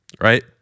right